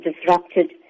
disrupted